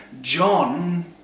John